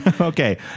Okay